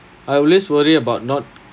I always worry about not